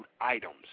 items